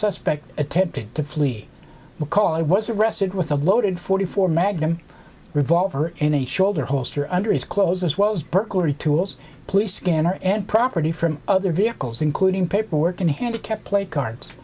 suspect attempted to flee because i was arrested with a loaded forty four magnum revolver in a shorter holster under his clothes as well as burglary tools police scanner and property from other vehicles including paperwork in hand can't play cards